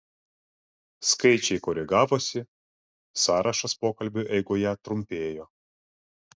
skaičiai koregavosi sąrašas pokalbio eigoje trumpėjo